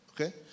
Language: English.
Okay